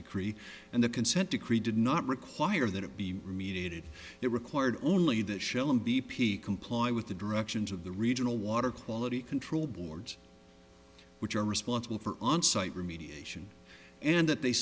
decree and the consent decree did not require that it be remediated they required only that shell and b p comply with the directions of the regional water quality control boards which are responsible for onsite remediation and that they